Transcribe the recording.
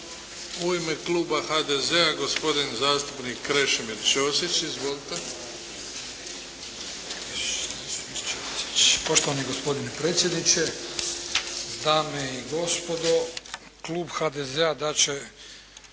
U ime kluba HDZ-a gospodin zastupnik Krešimir Ćosić. Izvolite. **Ćosić, Krešimir (HDZ)** Poštovani gospodine predsjedniče, dame i gospodo. Klub HDZ-a dat